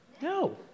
No